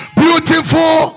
beautiful